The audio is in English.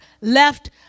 left